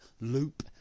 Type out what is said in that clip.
loop